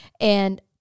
And-